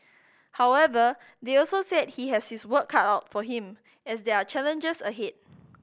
however they also said he has his work cut out for him as there are challenges ahead